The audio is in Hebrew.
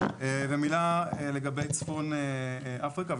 מילה לגבי צפון אפריקה,